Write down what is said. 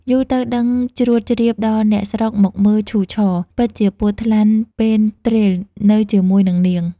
យូរទៅដឹងជ្រួតជ្រាបដល់អ្នក ស្រុកមកមើលឈូរឆរ ពិតជាពស់ថ្លាន់ពេនទ្រេលនៅជាមួយនិងនាង។